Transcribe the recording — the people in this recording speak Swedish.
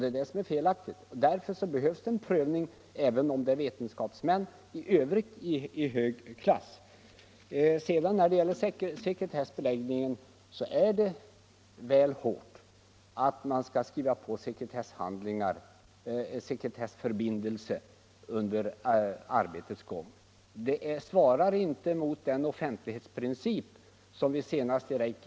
Med anledning härav ber jag att få ställa följande frågor: Har statsrådet iakttagit att statspensionärer med förtida pensionsuttag erhållit sänkt totalpension i samband med höjningen av folkpensionerna den 1 december 1974 och den 1 januari 1975?